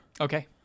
Okay